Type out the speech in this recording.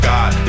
God